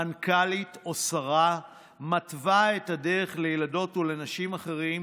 מנכ"לית או שרה מתווה את הדרך לילדות ולנשים אחרות,